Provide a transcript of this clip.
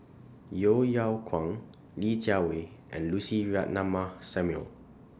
Yeo Yeow Kwang Li Jiawei and Lucy Ratnammah Samuel